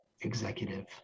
executive